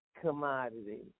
commodity